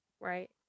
Right